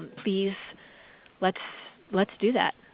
please let's let's do that.